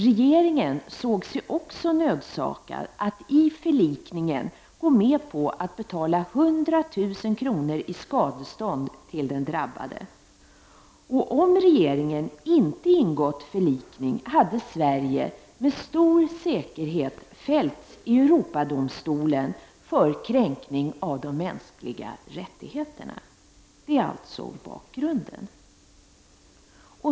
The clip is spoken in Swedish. Regeringen såg sig också nödsakad att i förlikningen gå med på att betala 100 000 kr. i skadestånd till den drabbade. Om regeringen inte ingått förlikning, hade Sverige med stor säkerhet fällts i Europadomstolen för kränkning av de mänskliga rättigheterna. Detta är alltså bakgrunden.